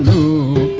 oo